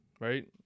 right